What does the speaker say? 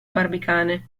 barbicane